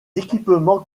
équipements